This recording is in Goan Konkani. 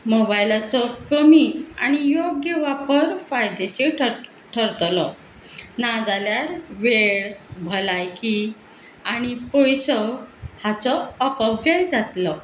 मोबायलाचो कमी आनी योग्य वापर फायदेशीर ठ थारतलो नाजाल्यार वेळ भलायकी आनी पयसो हाचो अपव्यय जातलो